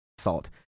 salt